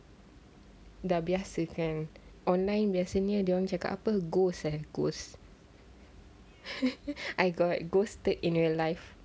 dah biasa kan online biasanya dia orang cakap apa ghosts ah ghosts I got ghost stick in my life